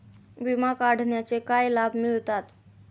विमा काढण्याचे काय लाभ मिळतात?